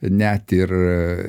net ir